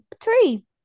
three